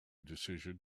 decision